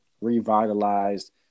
Revitalized